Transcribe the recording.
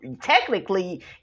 technically